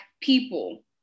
people